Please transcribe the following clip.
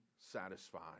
satisfied